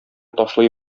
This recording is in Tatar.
ташлый